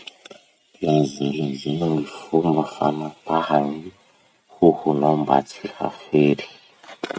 Lazalazao ny fomba fanapaha ny hohonao mba tsy hafery.